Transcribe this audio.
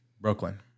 Brooklyn